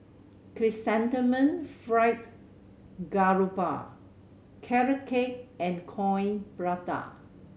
Chrysanthemum Fried Garoupa Carrot Cake and Coin Prata